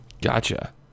Gotcha